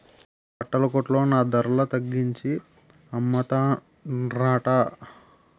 బట్టల కొట్లో నా ధరల తగ్గించి అమ్మతన్రట